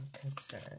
concern